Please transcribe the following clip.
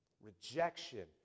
Rejection